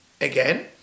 again